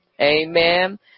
Amen